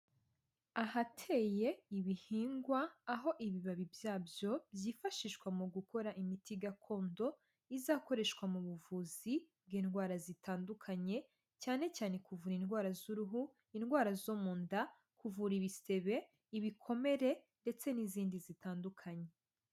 Ahateye ibihingwa, aho ibibabi byabyo byifashishwa mu gukora imiti gakondo izakoreshwa mu buvuzi bw'indwara zitandukanye, cyane cyane kuvura indwara z'uruhu, indwara zo mu nda, kuvura ibisebe, ibikomere ndetse n'izindi zitandukanye.